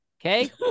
okay